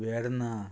Verna